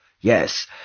yes